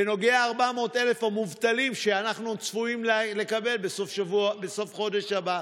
בנוגע ל-400,000 המובטלים שאנחנו צפויים לקבל בסוף החודש הבא.